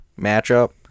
matchup